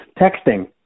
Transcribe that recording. texting